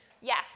Yes